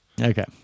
Okay